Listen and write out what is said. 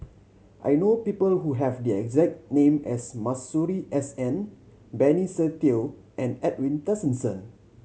I know people who have the exact name as Masuri S N Benny Se Teo and Edwin Tessensohn